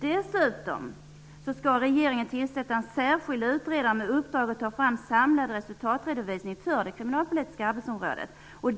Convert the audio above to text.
Dessutom skall regeringen tillsätta en särskild utredare med uppdrag att ta fram en samlad resultatredovisning för det kriminalpolitiska arbetsområdet.